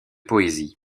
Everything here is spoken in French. poésie